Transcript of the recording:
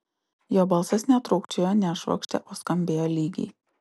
jo balsas netrūkčiojo nešvokštė o skambėjo lygiai